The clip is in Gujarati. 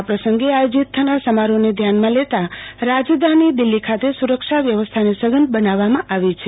આ પ્રસંગે આયોજિત થનાર સમારોહને ધ્યાને લેતા રાજધાની દિલ્ફી ખાતે સુરક્ષા વ્યવસ્થાને સઘન બનાવવામાં આવી છે